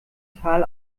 tal